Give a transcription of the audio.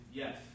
yes